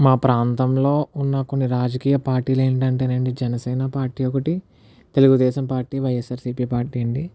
మా ప్రాంతంలో ఉన్న కొన్ని రాజకీయ పార్టీలు ఏంటంటే నేను జనసేన పార్టీ ఒకటి తెలుగుదేశం పార్టీ వైయస్ఆర్సిపి పార్టీ అండి